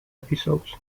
episodes